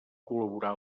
col·laborar